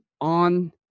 on